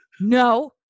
no